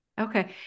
Okay